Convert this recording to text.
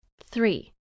three